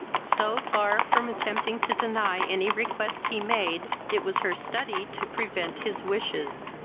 so far from attempting to deny any request he made, it was her study to prevent his wishes.